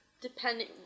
depending